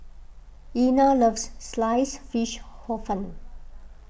Einar loves Sliced Fish Hor Fun